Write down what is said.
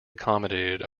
accommodated